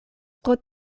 pro